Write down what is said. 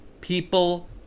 people